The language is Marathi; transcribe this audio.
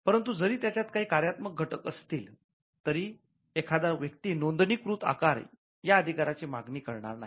परंतु जरी त्याच्यात काही कार्यात्मक घटक असतील तरी एखादा व्यक्ती 'नोंदणीकृत आकार' या अधिकारा ची मागणी करणार नाही